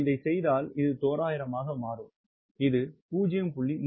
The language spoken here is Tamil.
நான் இதைச் செய்தால் இது தோராயமாக மாறும் இது 0